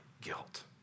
guilt